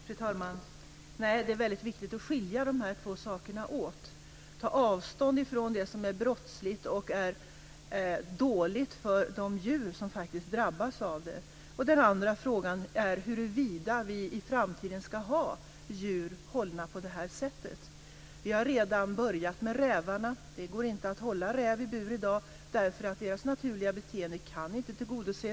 Fru talman! Det är väldigt viktigt att skilja de två sakerna åt: för det första att ta avstånd från det som är brottsligt och dåligt för de djur som drabbas, för det andra att ta ställning till huruvida vi i framtiden ska ha djur hållna på det här sättet. Vi har redan börjat med rävarna. Det går inte att hålla räv i bur i dag eftersom deras naturliga beteende inte kan tillgodoses.